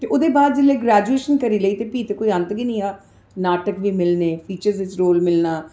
ते ओह् दे बाद जिसलै ग्रैजूएशन करी लेई ते फ्ही ते कोई अंत गै नेईं हा नाटक बी मिलने फीचर्स च बी रोल मिलना